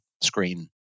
screen